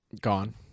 gone